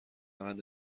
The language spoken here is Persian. روند